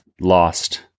lost